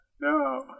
No